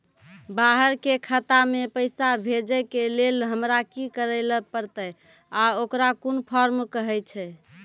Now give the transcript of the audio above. बाहर के खाता मे पैसा भेजै के लेल हमरा की करै ला परतै आ ओकरा कुन फॉर्म कहैय छै?